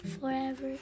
forever